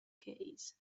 case